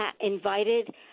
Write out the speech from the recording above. invited